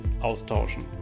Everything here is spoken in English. austauschen